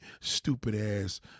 stupid-ass